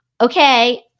okay